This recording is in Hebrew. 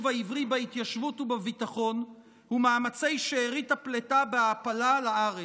העברי בהתיישבות ובביטחון ומאמצי שארית הפליטה וההעפלה לארץ,